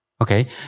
Okay